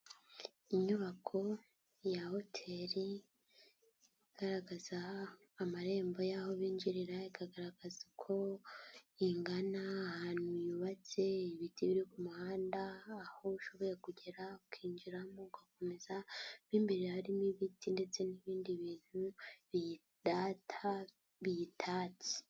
Inyubako ya hoteri igaragaza amarembo y'aho binjirira ikagaragaza uko ingana ahantu yubatse ibiti biri ku muhanda aho ushoboye kugera ukinjiramo ugakomeza mo imbere harimo ibiti ndetse n'ibindi bintu biyitatse.